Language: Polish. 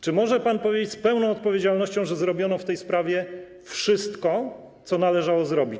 Czy może pan powiedzieć z pełną odpowiedzialnością, że zrobiono w tej sprawie wszystko, co należało zrobić?